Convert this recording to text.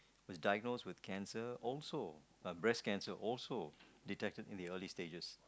was diagnosed with cancer also breast cancer also detected in the early stages